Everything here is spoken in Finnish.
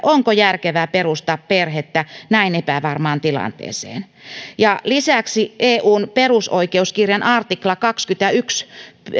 onko järkevää perustaa perhettä näin epävarmaan tilanteeseen ja lisäksi eun perusoikeuskirjan artikla kaksikymmentäyksi